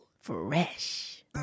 Fresh